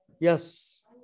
yes